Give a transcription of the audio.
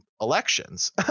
elections